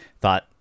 thought